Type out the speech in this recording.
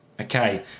okay